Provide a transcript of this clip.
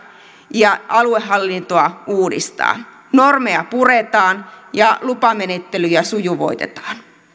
ja aluehallintoa uudistaa normeja puretaan ja lupamenettelyjä sujuvoitetaan